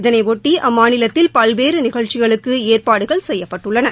இதனையொட்டி அம்மாநிலத்தில் பல்வேறு நிகழ்ச்சிகளுக்கு ஏற்பாடுகள் செய்யப்பட்டுள்ளன